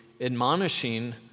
admonishing